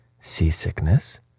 seasickness